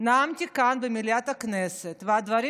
נאמתי כאן במליאת הכנסת, והדברים